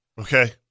okay